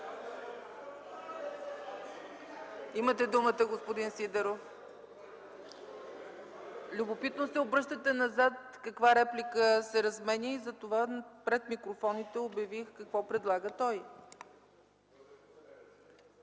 Имате думата, господин Сидеров. Любопитно се обръщате назад каква реплика се разменя и затова пред микрофоните обявих какво предлага той.